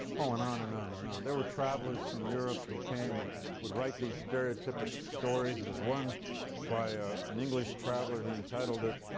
oh and on and on and on. there were travelers from europe who came and would write these stereotypic stories. there's one by an english traveler, he entitled it,